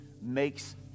makes